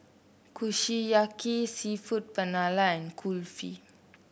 Kushiyaki seafood Paella and Kulfi